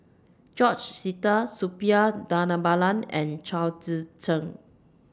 George Sita Suppiah Dhanabalan and Chao Tzee Cheng